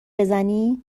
بزنی